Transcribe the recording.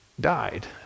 died